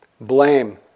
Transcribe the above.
Blame